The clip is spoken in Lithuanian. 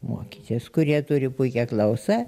mokytis kurie turi puikią klausą